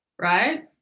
Right